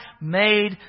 made